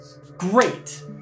Great